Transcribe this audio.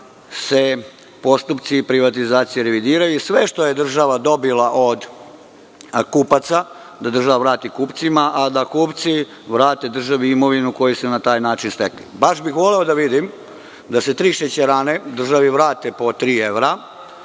se postupci privatizacije revidiraju i sve što je država dobila od kupaca, da država vrati kupcima, a da kupci vrate državi imovinu koju su na taj način stekli. Baš bih voleo da vidim da se tri šećerane državi vrate po tri evra.